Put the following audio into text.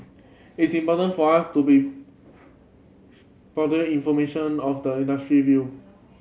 it's important for us to be powder information of the industry view